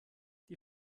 die